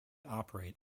operate